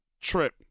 trip